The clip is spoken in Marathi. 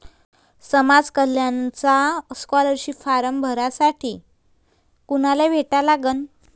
समाज कल्याणचा स्कॉलरशिप फारम भरासाठी कुनाले भेटा लागन?